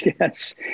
Yes